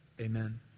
Amen